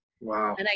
Wow